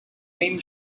came